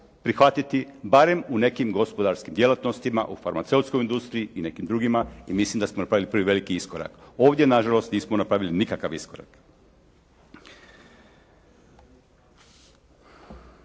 prihvatiti barem u nekim gospodarskim djelatnostima, u farmaceutskoj industriji i nekim drugima i mislim da smo napravili veliki iskorak. Ovdje nažalost nismo napravili nikakav iskorak.